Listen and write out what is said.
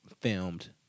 filmed